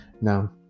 Now